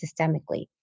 Systemically